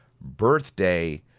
birthday